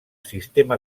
sistema